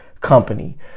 company